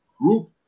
Group